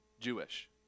Jewish